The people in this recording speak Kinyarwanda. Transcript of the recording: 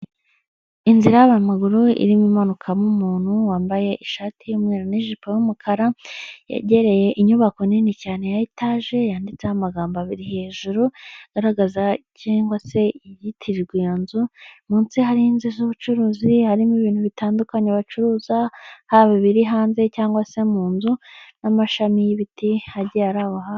Inzira y'abanyamaguru irimo imanukamo umuntu wambaye ishati y'umweru n'ijipo y'umukara, yegereye inyubako nini cyane ya etage yanditseho amagambo abiri hejuru agaragaza cyangwa se yitirirwa iyo nzu, munsi hari inzu z'ubucuruzi, harimo ibintu bitandukanye bacuruza haba ibiri hanze cyangwa se mu nzu, n'amashami y'ibiti agiye ari aho hantu.